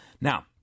Now